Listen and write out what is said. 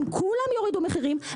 אם כולם יורידו מחירים,